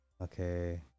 Okay